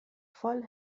voll